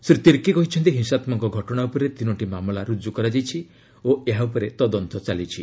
ଶ୍ରୀ ତିର୍କୀ କହିଛନ୍ତି ହିଂତାତ୍କକ ଘଟଣା ଉପରେ ତିନୋଟି ମାମଲା ରୁଜୁ କରାଯାଇଛି ଓ ଏହା ଉପରେ ତଦନ୍ତ ଚାଲିଛି